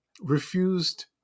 refused